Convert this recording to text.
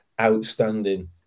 outstanding